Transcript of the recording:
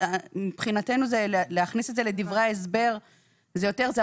מבחינתנו זה להכניס את זה לדברי ההסבר זה יותר זה,